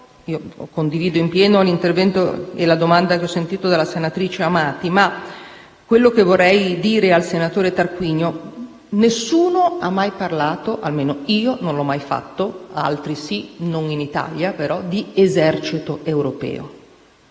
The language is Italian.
Condivido in pieno l'intervento e la domanda della senatrice Amati, mentre vorrei dire al senatore Tarquinio che nessuno ha mai parlato - almeno io non l'ho mai fatto, altri sì, ma non in Italia - di esercito europeo;